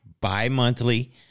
bi-monthly